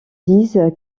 disent